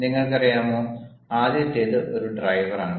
നിങ്ങൾക്കറിയാമോ ആദ്യത്തേത് ഒരു ഡ്രൈവറാണ്